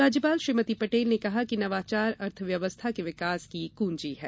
राज्यपाल श्रीमती पटेल ने कहा कि नवाचार अर्थ व्यवस्था के विकास की कुंजी है